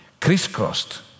crisscrossed